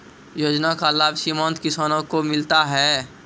योजना का लाभ सीमांत किसानों को मिलता हैं?